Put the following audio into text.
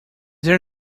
there